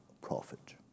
profit